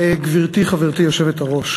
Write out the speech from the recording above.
גברתי חברתי היושבת-ראש,